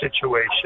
situation